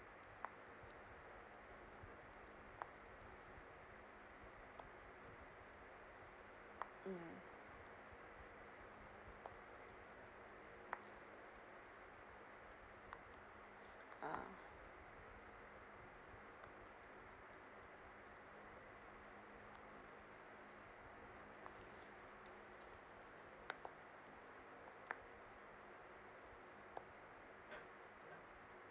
um ah